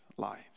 Lives